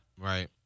Right